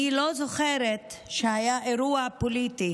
אני לא זוכרת שהיה אירוע פוליטי